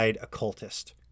occultist